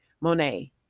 Monet